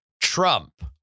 Trump